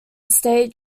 state